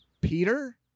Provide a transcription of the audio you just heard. Peter